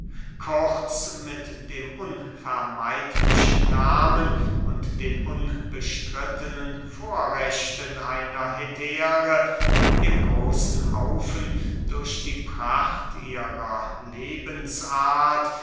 kurz mit dem unvermeidlichen nahmen und den unbestrittenen vorrechten einer hetäre dem großen haufen durch die pracht ihrer lebensart